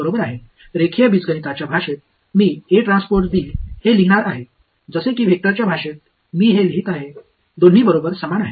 बरोबर आहे रेखीय बीजगणिताच्या भाषेत मी हे लिहिणार आहे जसे की वेक्टर्सच्या भाषेत मी हे लिहित आहे दोन्ही बरोबर समान आहेत